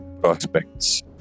prospects